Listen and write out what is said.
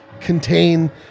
contain